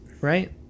Right